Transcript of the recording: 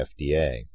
FDA